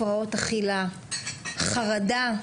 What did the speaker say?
הפרעות אכילה, חרדה,